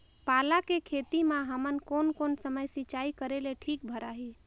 पाला के खेती मां हमन कोन कोन समय सिंचाई करेले ठीक भराही?